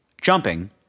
jumping